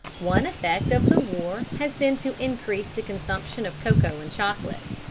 one effect of the war has been to increase the consumption of cocoa and chocolate.